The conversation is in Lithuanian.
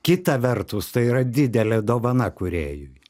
kita vertus tai yra didelė dovana kūrėjui